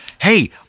hey